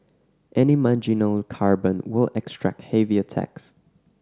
any marginal carbon will attract heavier tax